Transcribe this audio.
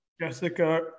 Jessica